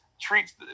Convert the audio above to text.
treats